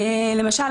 למשל,